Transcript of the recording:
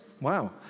Wow